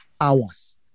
hours